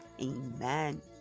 Amen